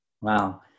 Wow